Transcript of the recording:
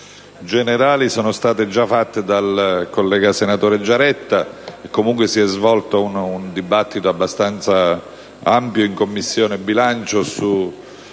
sono state già fatte dal senatore Giaretta, e comunque si è svolto un dibattito abbastanza ampio in Commissione bilancio sul